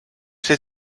zit